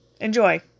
enjoy